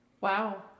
Wow